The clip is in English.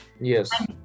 Yes